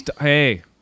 Hey